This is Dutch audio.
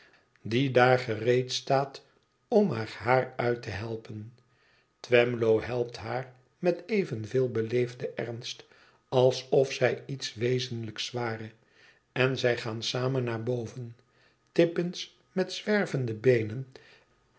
die daar gereed staat om er haar uit te helpen twemlow helpt haar met evenveel beleefden ernst alsof zij iets wezenlijks ware en zij gaan samen naar boven tippins met zwervende beenen